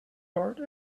heart